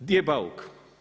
Gdje je Bauk?